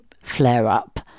flare-up